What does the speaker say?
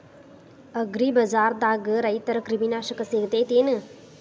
ಅಗ್ರಿಬಜಾರ್ದಾಗ ರೈತರ ಕ್ರಿಮಿ ನಾಶಕ ಸಿಗತೇತಿ ಏನ್?